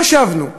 חשבנו שאם,